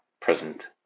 present